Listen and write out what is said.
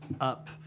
up